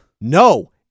No